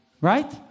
Right